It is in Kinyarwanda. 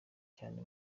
cyane